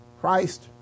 Christ